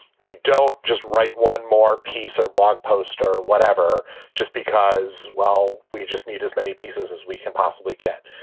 they don't just write one more piece or blog post or whatever just because, well, we just need as many pieces as we can possibly get.